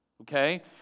okay